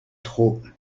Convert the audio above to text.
trop